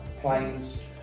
Planes